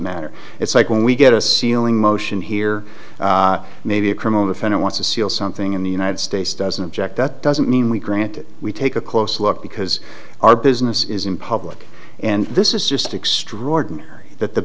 matter it's like when we get a sealing motion here maybe a criminal defendant wants to sell something in the united states doesn't object that doesn't mean we granted we take a close look because our business is in public and this is just extraordinary that the